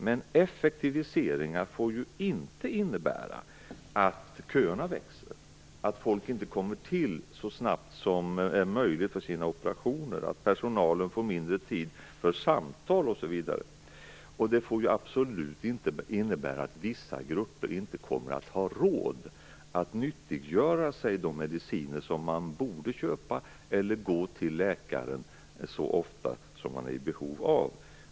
Men effektiviseringar får ju inte innebära att köerna växer, att folk inte får tid för operation så snabbt som möjligt, att personalen får mindre tid för samtal, osv. Och det får absolut inte innebära att vissa grupper inte kommer att ha råd att nyttiggöra sig de mediciner som de borde köpa eller att gå till läkare så ofta som de är i behov av.